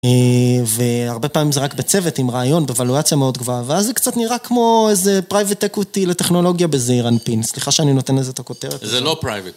והרבה פעמים זה רק בצוות עם רעיון בוולואציה מאוד גבוהה ואז זה קצת נראה כמו איזה private equity לטכנולוגיה בזעיר אנפין, סליחה שאני נותן לזה את הכותרת. זה לא private.